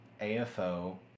AFO